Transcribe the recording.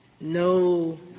no